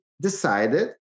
decided